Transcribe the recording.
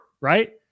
right